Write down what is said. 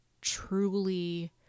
truly